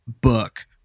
book